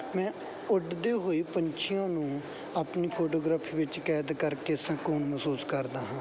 ਮੈਂ ਉੱਡਦੇ ਹੋਏ ਪੰਛੀਆਂ ਨੂੰ ਆਪਣੀ ਫੋਟੋਗ੍ਰਾਫੀ ਵਿੱਚ ਕੈਦ ਕਰਕੇ ਸਕੂਨ ਮਹਿਸੂਸ ਕਰਦਾ ਹਾਂ